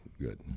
good